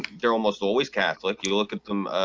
they're almost always catholic. you look at them.